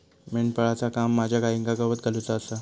मेंढपाळाचा काम माझ्या गाईंका गवत घालुचा आसा